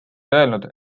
öelnud